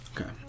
Okay